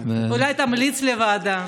אולי תמליץ לוועדה.